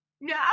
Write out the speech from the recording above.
No